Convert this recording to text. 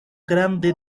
grande